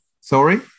Sorry